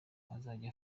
ikazajya